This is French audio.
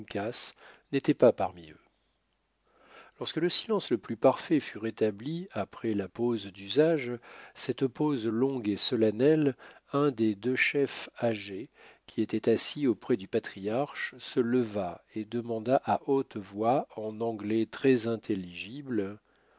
n'était pas parmi eux lorsque le silence le plus parfait fut rétabli après la pause d'usage cette pause longue et solennelle un des deux chefs âgés qui étaient assis auprès du patriarche se leva et demanda à haute voix en anglais très intelligible